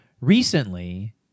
recently